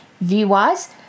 view-wise